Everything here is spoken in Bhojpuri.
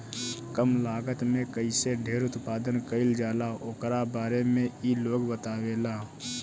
कम लागत में कईसे ढेर उत्पादन कईल जाला ओकरा बारे में इ लोग बतावेला